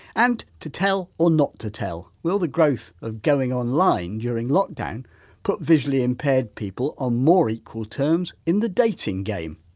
and to tell or not to tell will the growth of going online during lockdown put visually impaired people on more equal terms in the dating game?